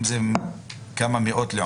ולא לגדר את הדברים כאן בצורה מאוד מאוד אנכית.